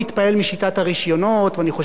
ואני חושב שלציבור יש מה להגיד,